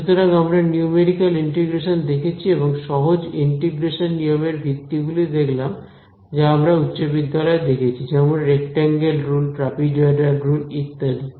সুতরাং আমরা numerical integration দেখছি এবং সহজ ইন্টিগ্রেশন নিয়মের ভিত্তি গুলি দেখলাম যা আমরা উচ্চ বিদ্যালয় এ দেখেছি যেমন রেক্টাঙ্গেল রুল ট্রাপিজয়ডাল রুল ইত্যাদি